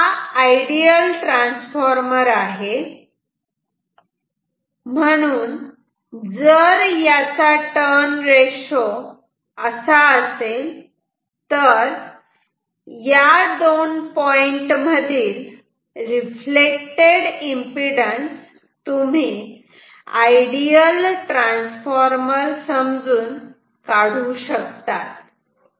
आता हा ideal transformer आहे म्हणून जर याचा टर्न रेशो a असा असेल तर या दोन पॉईंट मधील रिफ्लेक्टेड एम्पिडन्स तुम्ही आयडियल ट्रान्सफॉर्मर समजून काढू शकतात